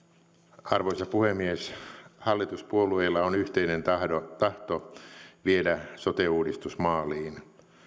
arvoisa puhemies hallituspuolueilla on yhteinen tahto viedä sote uudistus maaliin